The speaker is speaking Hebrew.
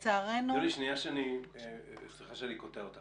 יולי, סליחה שאני קוטע אותך.